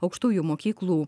aukštųjų mokyklų